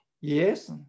Yes